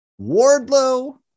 Wardlow